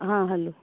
हां हालो